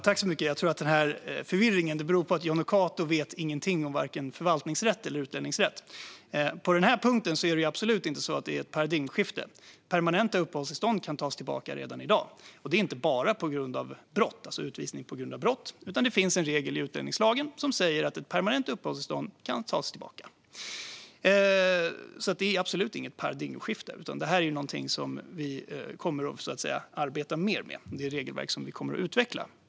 Herr talman! Jag tror att förvirringen beror på att Jonny Cato inte vet någonting om vare sig förvaltningsrätt eller utlänningsrätt. På den här punkten är det absolut inget paradigmskifte. Permanenta uppehållstillstånd kan dras tillbaka redan i dag, och då inte bara på grund av brott, alltså utvisning på grund av brottslighet. Det finns en regel i utlänningslagen som säger att ett permanent uppehållstillstånd kan dras tillbaka. Det är alltså absolut inget paradigmskifte, utan vi kommer att jobba mer med detta regelverk och utveckla det.